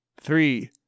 three